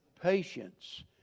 Patience